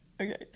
Okay